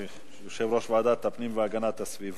גם המקרים ההומניטריים האלה יוגבלו לתקופה מסוימת,